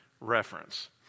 reference